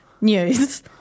news